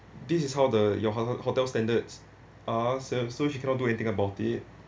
this is how the your hotel hotel standards are so so she cannot do anything about it